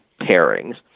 pairings